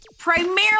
Primarily